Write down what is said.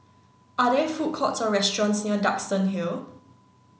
are there food courts or restaurants near Duxton Hill